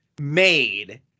made